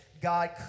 God